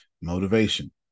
motivation